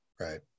Right